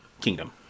kingdom